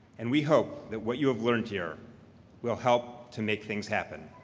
and we hope that what you have learned here will help to make things happen.